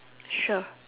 sure